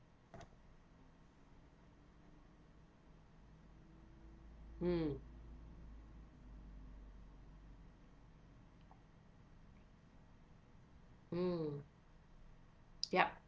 mm mm yup